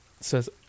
Says